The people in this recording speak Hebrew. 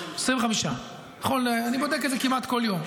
25. אני בודק את זה כמעט כל יום.